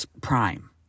prime